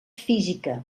física